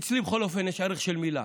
אצלי בכל אופן יש ערך למילה.